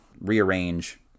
rearrange